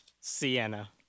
Sienna